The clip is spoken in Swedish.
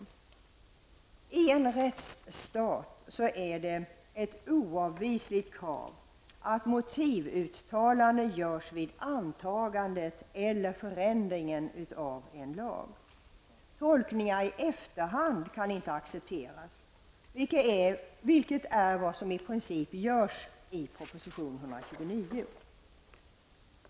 I en rättsstat är det ett oavvisligt krav att motivutalanden görs vid antagandet eller förändringen av en lag. Tolkningar i efterhand kan inte accepteras, vilket är vad som i princip görs i proposition 129.